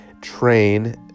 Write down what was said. train